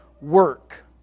work